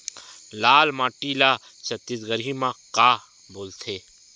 लाल माटी ला छत्तीसगढ़ी मा का बोलथे?